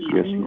Yes